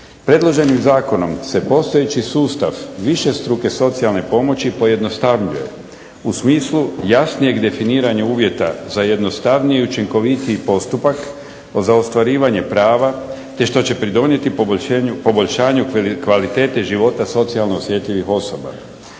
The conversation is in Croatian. Predloženim zakonom se postojeći sustav višestruke socijalne pomoći pojednostavljuje u smislu jasnijeg definiranja uvjeta za jednostavniji i učinkovitiji postupak za ostvarivanje prava te što će pridonijeti poboljšanju kvalitete života socijalno osjetljivih osoba.